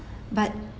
but